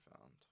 found